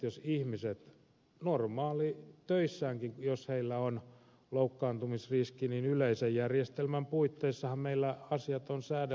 jos ihmisillä normaalitöissäänkin on loukkaantumisriski niin yleisen järjestelmän puitteissahan meillä asiat on säädelty